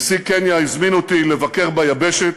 נשיא קניה הזמין אותי לבקר ביבשת,